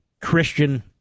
Christian